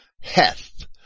Heth